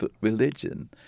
religion